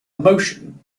motion